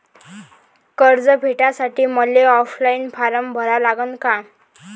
कर्ज भेटासाठी मले ऑफलाईन फारम भरा लागन का?